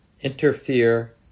interfere